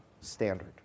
standard